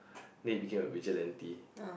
then he became a vigilante